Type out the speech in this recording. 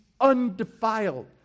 undefiled